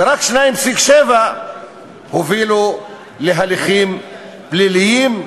ורק 2.7% הובילו להליכים פליליים,